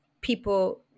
people